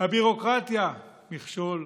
הביורוקרטיה, מכשול.